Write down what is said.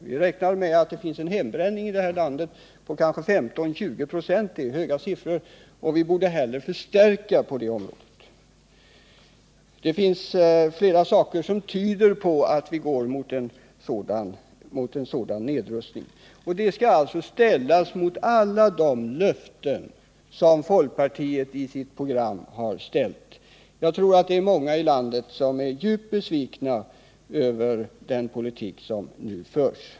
Man räknar med att hembränningen i detta land uppgår till kanske 15-20 96, vilket är höga siffror. Man borde därför i stället förstärka socialstyrelsens resurser. Flera saker tyder alltså på att vi går mot en nedrustning. Detta skall ställas mot alla de löften som folkpartiet i sitt program har givit. Jag tror att många i landet är djupt besvikna över den politik som nu förs.